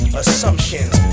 assumptions